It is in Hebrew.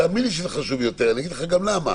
תאמין לי שזה חשוב יותר, אני אגיד לך גם למה.